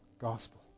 Gospel